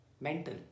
mental